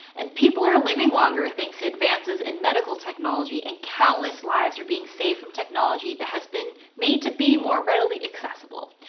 and people are living longer thanks to advances in medical technology and countless lives are being saved from technology that has been made to be more readily accessible.